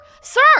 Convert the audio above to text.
Sir